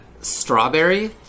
strawberry